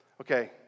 Okay